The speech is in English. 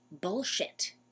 bullshit